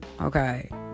Okay